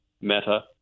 meta